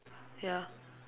ya